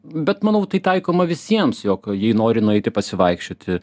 bet manau tai taikoma visiems jog jei nori nueiti pasivaikščioti